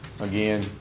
Again